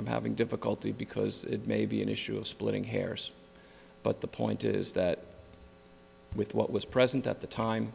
i'm having difficulty because it may be an issue of splitting hairs but the point is that with what was present at the time